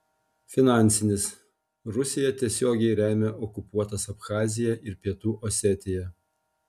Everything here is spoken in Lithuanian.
finansinis rusija tiesiogiai remia okupuotas abchaziją ir pietų osetiją